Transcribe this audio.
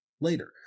later